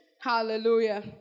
Hallelujah